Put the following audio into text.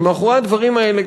הוא שמאחורי הדברים האלה,